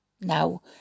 Now